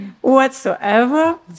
Whatsoever